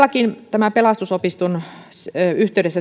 tämä pelastusopiston yhteydessä